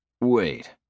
Wait